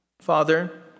Father